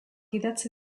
idatzi